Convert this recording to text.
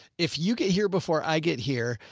if you get here before i get here,